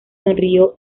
sonrió